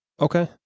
okay